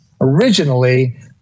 originally